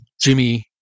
Jimmy